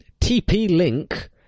TP-Link